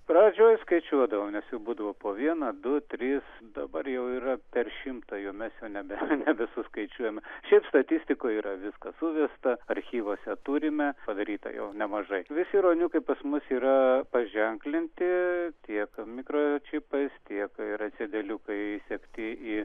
pradžioj skaičiuodavau nes jų būdavo po vieną du tris dabar jau yra per šimtą jau mes jau nebe nebesuskaičiuojame šiaip statistikoj yra viskas suversta archyvuose turime padaryta jau nemažai visi ruoniukai pas mus yra paženklinti tiek mikročipais tiek yra cedeliukai įsegti į